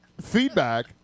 feedback